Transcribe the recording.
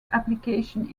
applications